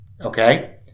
Okay